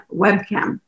webcam